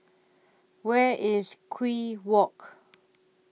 Where IS Kew Walk